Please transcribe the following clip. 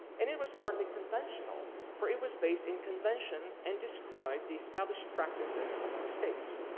and it was partly conventional for it was based in convention and described the established practices among states.